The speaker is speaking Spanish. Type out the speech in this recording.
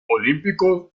olímpico